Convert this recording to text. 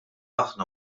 aħna